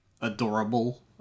adorable